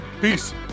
Peace